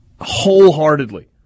wholeheartedly